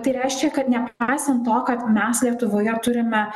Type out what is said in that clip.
tai reiškia kad nepaisant to kad mes lietuvoje turime